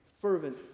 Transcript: fervent